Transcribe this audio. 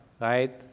right